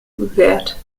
bewährt